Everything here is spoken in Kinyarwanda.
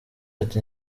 ati